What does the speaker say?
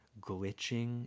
glitching